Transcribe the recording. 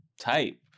type